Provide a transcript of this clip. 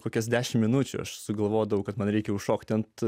kokias dešimt minučių aš sugalvodavau kad man reikia užšokti ant